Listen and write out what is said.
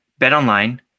BetOnline